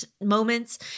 moments